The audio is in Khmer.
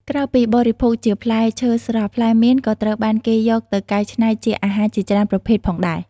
ក្រៅពីបរិភោគជាផ្លែឈើស្រស់ ផ្លែមៀនក៏ត្រូវបានគេយកទៅកែច្នៃជាអាហារជាច្រើនប្រភេទផងដែរ។